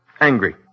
angry